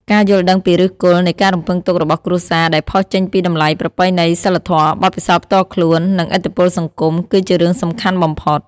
ការយល់ដឹងពីឫសគល់នៃការរំពឹងទុករបស់គ្រួសារ ដែលផុសចេញពី តម្លៃប្រពៃណី សីលធម៌ បទពិសោធន៍ផ្ទាល់ខ្លួន និងឥទ្ធិពលសង្គម គឺជារឿងសំខាន់បំផុត។